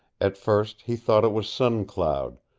at first he thought it was sun cloud,